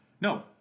no